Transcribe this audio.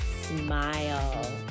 smile